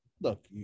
Look